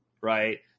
Right